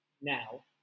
now